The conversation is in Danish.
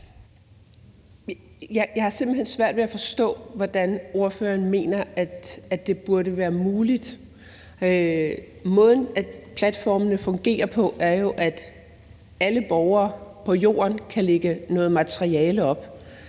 hen svært ved at forstå, hvordan ordføreren mener det burde være muligt. Måden, platformene fungerer på, er jo ved, at alle borgere på jorden kan lægge noget materiale op;